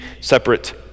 separate